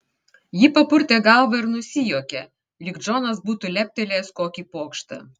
ji papurtė galvą ir nusijuokė lyg džonas būtų leptelėjęs kokį pokštą